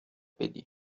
بدی